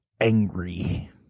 angry